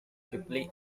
quickly